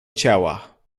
ciała